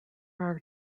are